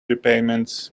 repayments